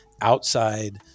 outside